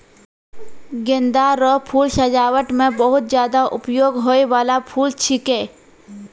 गेंदा रो फूल सजाबट मे बहुत ज्यादा उपयोग होय बाला फूल छिकै